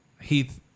Heath